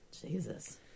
Jesus